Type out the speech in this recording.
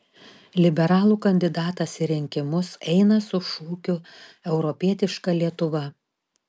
liberalų kandidatas į rinkimus eina su šūkiu europietiška lietuva